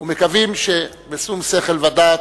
ומקווים שבשום שכל ודעת,